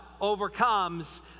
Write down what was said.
overcomes